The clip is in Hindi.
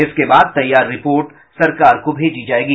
इसके बाद तैयार रिपोर्ट सरकार को भेजी जाएगी